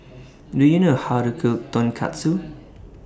Do YOU know How to Cook Tonkatsu